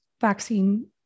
vaccine